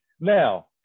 Now